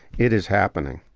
it is happening.